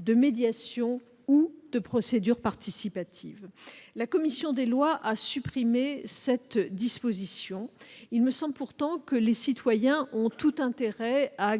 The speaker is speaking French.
de médiation ou de procédure participative. Votre commission des lois a supprimé cette disposition. Il me semble pourtant que les citoyens ont tout intérêt à